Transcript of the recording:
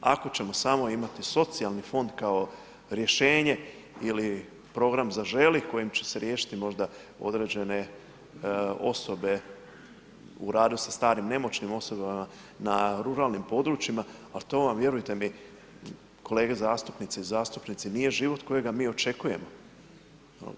Ako ćemo samo imati socijalni fond kao rješenje ili program zaželi kojim će se riješiti možda određene osobe u radu sa starim nemoćnim osobama na ruralnim područjima, ali to vam vjerujte mi kolege zastupnice i zastupnici nije život kojega mi očekujemo.